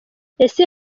ese